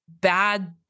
bad